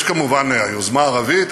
יש כמובן היוזמה הערבית.